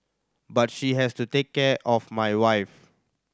but she has to take care of my wife